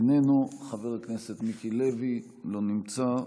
איננו, חבר הכנסת מיקי לוי, אינו נמצא.